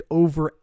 over